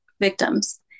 victims